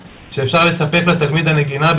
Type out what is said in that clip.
אי אפשר לזרוק כל הזמן סיסמה של 4 חודשים,